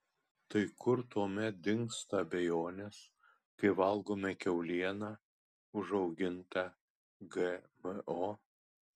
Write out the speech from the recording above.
tai kur tuomet dingsta abejonės kai valgome kiaulieną užaugintą gmo